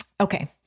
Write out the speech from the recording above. Okay